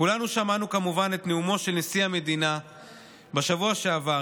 כולנו שמענו כמובן את נאומו של נשיא המדינה בשבוע שעבר,